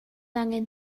angen